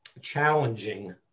challenging